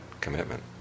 commitment